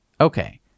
Okay